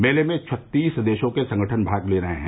मेले में छत्तीस देशों के संगठन भाग ले रहे हैं